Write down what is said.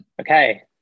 Okay